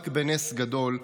רק בנס גדול,